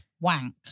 Wank